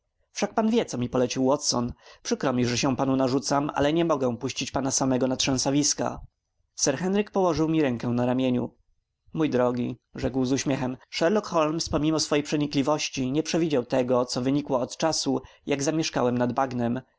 pan wie co mi polecił holmes przykro mi że się panu narzucam ale nie mogę puścić pana samego na trzęsawiska sir henryk położył mi rękę na ramieniu mój drogi rzekł z uśmiechom sherlock holmes pomimo swej przenikliwości nie przewidział tego co wynikło od czasu jak zamieszkałem nad bagnem